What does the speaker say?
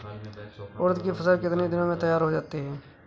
उड़द की फसल कितनी दिनों में तैयार हो जाती है?